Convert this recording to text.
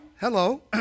Hello